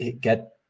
get